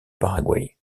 paraguay